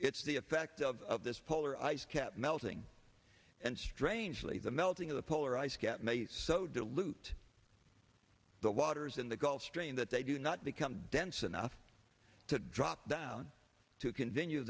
it's the effect of this polar ice cap melting and strangely the melting of the polar ice cap may so dilute the waters in the gulf stream that they do not become dense enough to drop down to continue